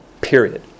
Period